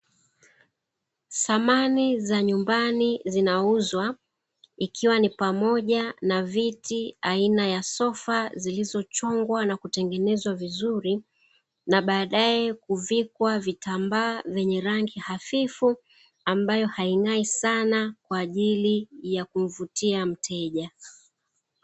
Samani za nyumbani zinauzwa ikiwa ni pamoja na viti aina ya sofa zilizochongwa na kutengeneza vizuri na baadaye kuvikwa vitambaa vyenye rangi hafifu ambayo haing'ai sana